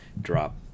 drop